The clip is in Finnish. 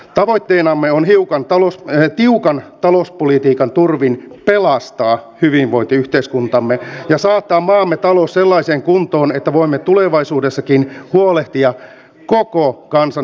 tavoitteenamme on tiukan talouspolitiikan turvin pelastaa hyvinvointiyhteiskuntamme ja saattaa maamme talous sellaiseen kuntoon että voimme tulevaisuudessakin huolehtia koko kansan hyvinvoinnista